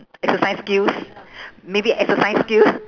exercise skills maybe exercise skill